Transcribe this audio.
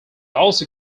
also